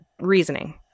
reasoning